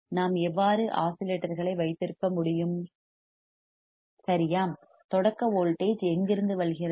நாம் எவ்வாறு ஆஸிலேட்டர் களை வைத்திருக்க முடியும் சரியா தொடக்க வோல்டேஜ் எங்கிருந்து வருகிறது